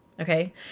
Okay